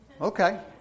Okay